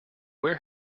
where